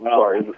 sorry